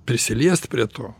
prisiliest prie to